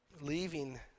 leaving